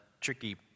tricky